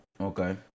Okay